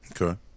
Okay